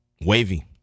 Wavy